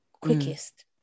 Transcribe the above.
quickest